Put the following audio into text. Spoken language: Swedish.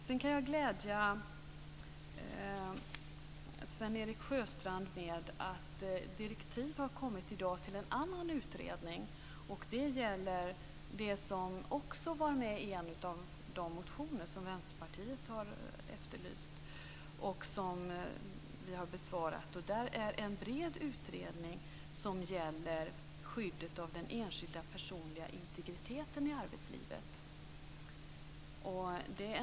Jag kan även glädja Sven-Erik Sjöstrand med att det i dag har kommit direktiv till en annan utredning som efterlysts i en av Vänsterpartiets motioner som har behandlats av oss. Det är en bred utredning om skyddet av den enskildes personliga integritet i arbetslivet.